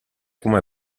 come